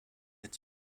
its